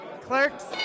Clerks